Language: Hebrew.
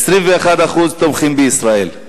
21% תומכים בישראל.